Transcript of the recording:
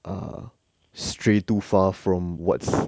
uh stray too far from what's